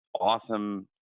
awesome